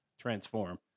transform